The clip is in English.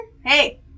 Hey